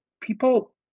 people